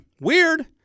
Weird